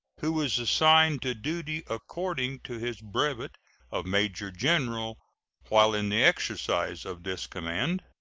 who is assigned to duty according to his brevet of major-general while in the exercise of this command.